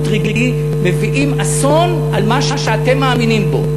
רגעי מביאים אסון על מה שאתם מאמינים בו.